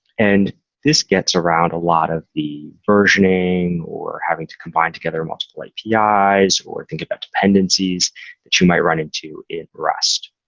and this gets around a lot of the versioning or having to combine together multiple like yeah apis or think about dependencies that you might run into in rest.